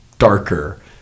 Darker